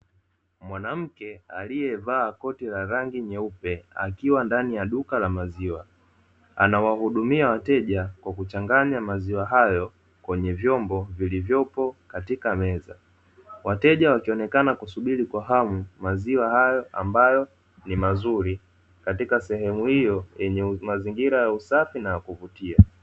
Mwanamke aliyevaa kosi hara rangi nyeupe akiwa ndani ya duka la maziwa anawahudumia wateja kwa kuchanganya maziwa hayo kwenye vyombo vilivyopo katika meza wateja wakionekana kusubiri kwa hamu maziwa hayo ambayo ni mazuri katika sehemu hiyo yenye mazingira ya usafi na kuvutia